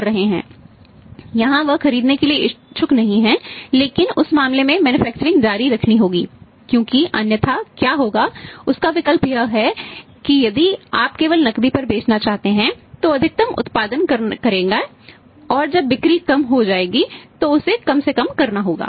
क्योंकि अन्यथा क्या होगा उसका विकल्प यह है कि यदि आप केवल नकदी पर बेचना चाहते हैं तो वह अधिकतम उत्पादन करेगा और जब बिक्री कम हो जाएगी तो उसे कम से कम करना होगा